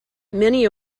many